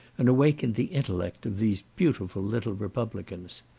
and awakened the intellect of these beautiful little republicans.